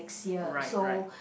right right